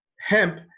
hemp